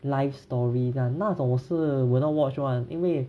life story ya 那种是 will not watch [one] 因为